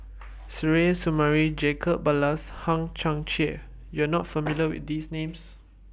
Suzairhe Sumari Jacob Ballas and Hang Chang Chieh YOU Are not familiar with These Names